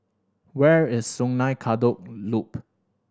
where is Sungei Kadut Loop